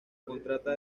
contrata